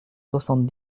soixante